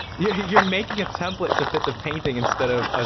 yeah you're making a template to fit the painting instead of ah